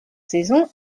saison